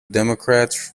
democrats